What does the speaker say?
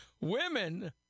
Women